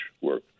work